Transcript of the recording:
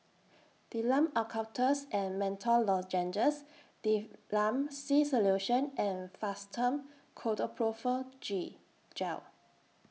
Difflam Eucalyptus and Menthol Lozenges Difflam C Solution and Fastum Ketoprofen G Gel